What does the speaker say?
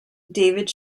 david